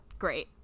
Great